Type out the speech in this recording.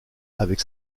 avec